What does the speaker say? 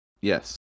Yes